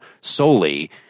solely